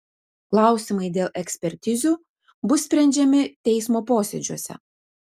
klausimai dėl ekspertizių bus sprendžiami teismo posėdžiuose